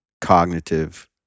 cognitive